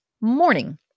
morning